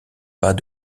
pas